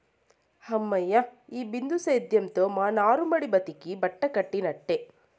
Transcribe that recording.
హమ్మయ్య, ఈ బిందు సేద్యంతో మా నారుమడి బతికి బట్టకట్టినట్టే